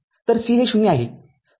तर c हे ० आहे